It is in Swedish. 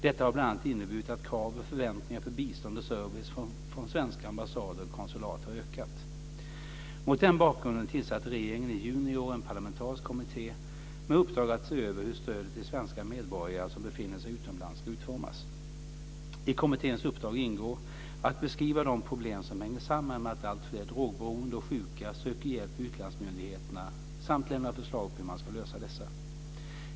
Detta har bl.a. inneburit att krav och förväntningar på bistånd och service från svenska ambassader och konsulat har ökat. Mot den bakgrunden tillsatte regeringen i juni i år en parlamentarisk kommitté med uppdrag att se över hur stödet till svenska medborgare som befinner sig utomlands ska utformas. I kommitténs uppdrag ingår att beskriva de problem som hänger samman med att alltfler drogberoende och sjuka söker hjälp vid utlandsmyndigheterna samt lämna förslag på hur man ska lösa dessa.